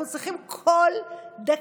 אנחנו צריכים כל דקה,